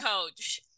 coach